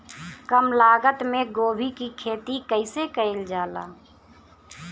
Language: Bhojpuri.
कम लागत मे गोभी की खेती कइसे कइल जाला?